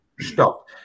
Stop